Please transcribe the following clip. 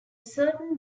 certain